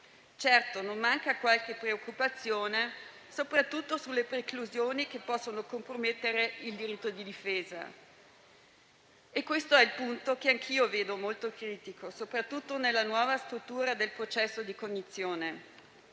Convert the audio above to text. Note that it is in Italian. Certo, non manca qualche preoccupazione, soprattutto sulle preclusioni che possono compromettere il diritto di difesa, che è il punto che anch'io vedo molto critico, soprattutto nella nuova struttura del processo di cognizione: